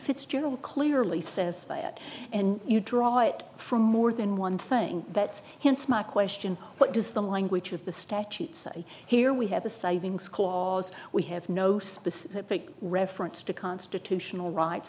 fitzgerald clearly says that and you draw it from more than one thing that's hence my question what does the language of the statute say here we have a savings clause we have no specific reference to constitutional rights